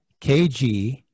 KG